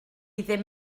ddim